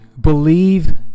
believe